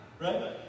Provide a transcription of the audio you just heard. Right